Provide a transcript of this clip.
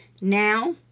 Now